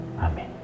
Amen